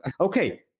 Okay